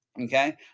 Okay